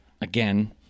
again